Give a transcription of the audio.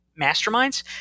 masterminds